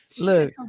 look